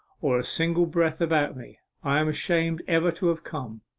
or a single breath about me i'm ashamed ever to have come.